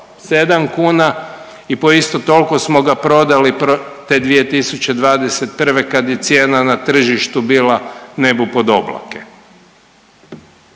3,7 kuna i po isto toliko smo ga prodali te 2021. kad je cijena na tržištu bila nebu pod oblake.